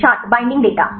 छात्र binding data